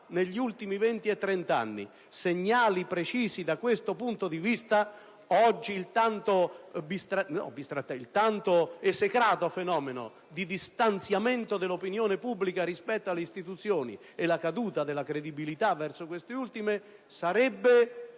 negli ultimi 20-30 anni avessimo dato segnali precisi da questo punto di vista, oggi il tanto esecrato fenomeno di distanziamento dell'opinione pubblica rispetto alle istituzioni e la caduta della credibilità di queste ultime sarebbe